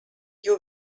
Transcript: you